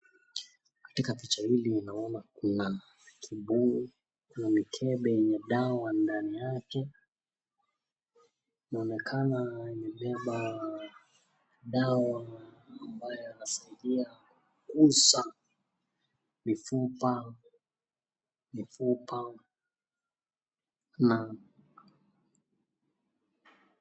Katika picha hili naona kuna kibuyu na mikebe yenye dawa ndani yake, inaonekana imebeba dawa ambayo inasaidia kukuza mifupa na.